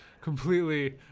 completely